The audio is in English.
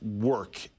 work